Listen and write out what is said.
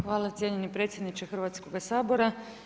Hvala cijenjeni predsjedniče Hrvatskoga sabora.